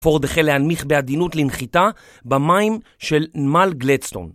פורד החל להנמיך בעדינות לנחיתה במים של נמל גלדסטון.